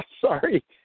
Sorry